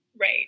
Right